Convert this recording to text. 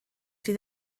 fydd